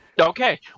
Okay